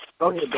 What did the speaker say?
Okay